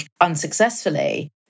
unsuccessfully